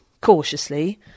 cautiously